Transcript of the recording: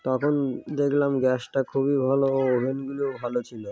তখন দেখলাম গ্যাসটা খুবই ভালো ও ওভেনগুলিও ভালো ছিলো